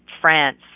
France